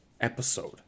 episode